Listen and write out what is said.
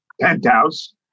penthouse